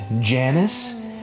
Janice